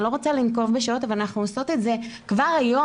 אני לא רוצה לנקוב בשעות אבל אנחנו עושות את זה כבר היום